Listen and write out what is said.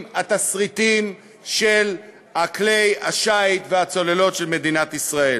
התסריטים של כלי השיט והצוללות של מדינת ישראל.